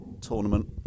tournament